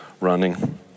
running